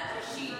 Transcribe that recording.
וקבלן "בשיט".